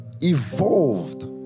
evolved